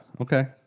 Okay